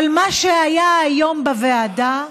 אבל מה שהיה היום בוועדה,